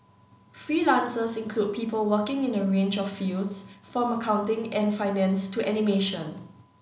freelancers include people working in a range of fields from accounting and finance to animation